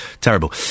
terrible